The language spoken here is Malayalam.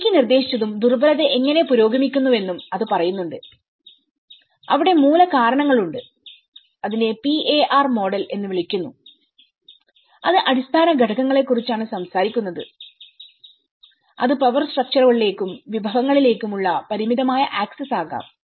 ബ്ലെയ്ക്കി നിർദ്ദേശിച്ചതും ദുർബലത എങ്ങനെ പുരോഗമിക്കുന്നുവെന്നും അത് പറയുന്നുണ്ട് അവിടെ മൂലകാരണങ്ങൾ ഉണ്ട്അതിനെ PAR മോഡൽ എന്ന് വിളിക്കുന്നു അത് അടിസ്ഥാന ഘടകങ്ങളെക്കുറിച്ചാണ് സംസാരിക്കുന്നത് അത് പവർ സ്ട്രക്ക്ച്ചറുകളിലേക്കും വിഭവങ്ങളിലേക്കും ഉള്ള പരിമിതമായ ആക്സസ് ആകാം